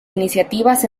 iniciativas